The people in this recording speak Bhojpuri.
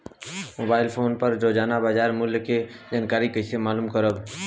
मोबाइल फोन पर रोजाना बाजार मूल्य के जानकारी कइसे मालूम करब?